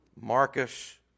Marcus